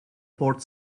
port